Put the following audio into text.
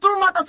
la